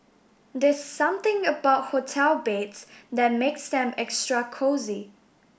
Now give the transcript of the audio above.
there's something about hotel beds that makes them extra cosy